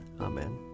Amen